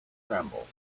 tremble